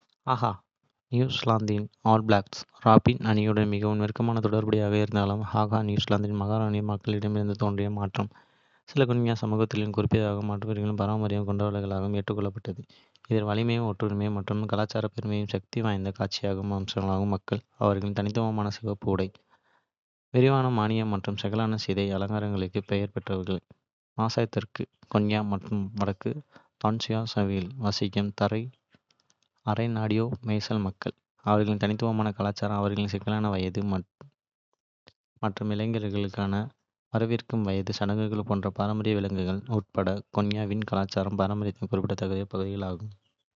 ஹாகா நியூசிலாந்தின் ரக்பி அணியுடன் மிகவும் நெருக்கமாக தொடர்புடையதாக இருந்தாலும், ஹாகா நியூசிலாந்தின் மாவோரி மக்களிடமிருந்து தோன்றியது மற்றும். சில கென்ய சமூகங்களால், குறிப்பாக மவோரி பாரம்பரியம் கொண்டவர்களால் ஏற்றுக்கொள்ளப்பட்டது. இது வலிமை, ஒற்றுமை மற்றும் கலாச்சார பெருமையின் சக்திவாய்ந்த. காட்சியாகும்மாசாய் மக்கள்: அவர்களின் தனித்துவமான சிவப்பு உடை, விரிவான மணிகள் மற்றும் சிக்கலான சிகை அலங்காரங்களுக்கு பெயர் பெற்றவர்கள், மாசாய் தெற்கு. கென்யா மற்றும் வடக்கு தான்சானியாவில் வசிக்கும் அரை நாடோடி மேய்ச்சல் மக்கள். அவர்களின் தனித்துவமான கலாச்சாரம், அவர்களின் சிக்கலான வயது அமைப்பு மற்றும் இளைஞர்களுக்கான வரவிருக்கும் வயது சடங்குகள் போன்ற பாரம்பரிய விழாக்கள்.s உட்பட, கென்யாவின் கலாச்சார பாரம்பரியத்தின் குறிப்பிடத்தக்க பகுதியாகும்.